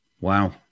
Wow